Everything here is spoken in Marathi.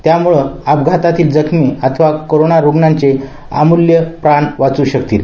त्यामुळे अपघातातील जखमी अथवा कोरोना रुग्णांचे अमूल्य प्राण वाचू शकतील